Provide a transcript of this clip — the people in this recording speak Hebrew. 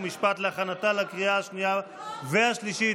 חוק ומשפט להכנתה לקריאה השנייה והשלישית,